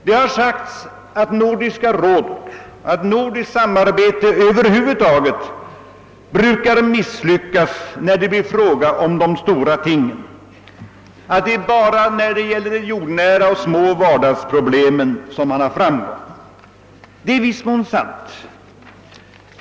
Det har sagts att Nordiska rådet — och nordiskt samarbete över huvud taget — brukar misslyckas när det blir fråga om stora frågor och endast har framgång när det gäller de små vardagsproblemen. Detta är i viss mån sant.